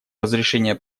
разрешения